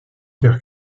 terre